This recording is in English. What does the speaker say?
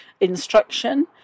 instruction